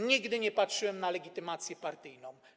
Nigdy nie patrzyłem na legitymację partyjną.